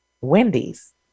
Wendy's